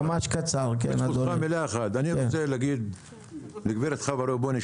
אני רוצה להגיד לגברת חוה ראובני,